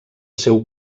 seu